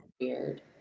weird